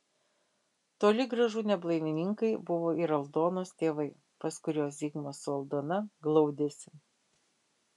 toli gražu ne blaivininkai buvo ir aldonos tėvai pas kuriuos zigmas su aldona glaudėsi